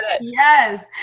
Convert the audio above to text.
yes